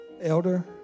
Elder